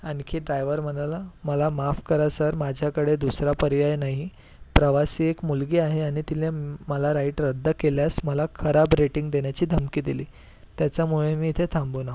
आणखी ड्रायव्हर म्हणाला मला माफ करा सर माझ्याकडे दुसरा पर्याय नाही प्रवासी एक मुलगी आहे आणि तिने म मला राइड रद्द केल्यास मला खराब रेटिंग देण्याची धमकी दिली त्याच्यामुळे मी इथे थांबून आहे